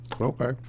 Okay